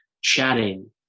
chatting